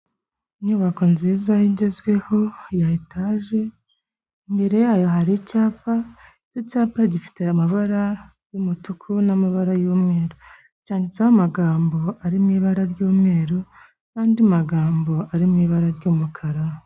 Inyubako nziza igezweho ya etage, imbere yayo hari icyapa, icyapa gifite amabara y'umutuku n'amabara y'umweru. Cyanditseho amagambo ari mu ibara ry'umweru n'andi magambo ari mu ibara ry'umukara.